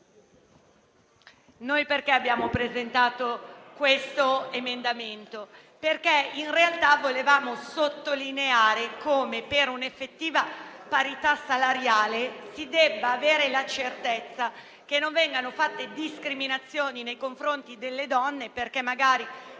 lavoro. Abbiamo presentato questo emendamento perché in realtà volevamo sottolineare come per un'effettiva parità salariale si debba avere la certezza che non vengano fatte discriminazioni nei confronti delle donne, perché magari